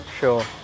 Sure